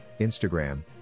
Instagram